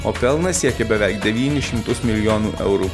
o pelnas siekė beveik devynis šimtus milijonų eurų